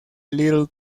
little